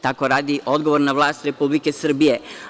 Tako radi odgovorna vlast Republike Srbije.